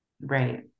Right